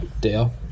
dale